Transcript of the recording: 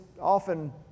often